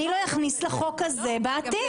אני לא אכניס לחוק הזה בעתיד.